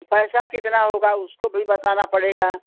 पैसा कितना होगा उसको भी बताना पड़ेगा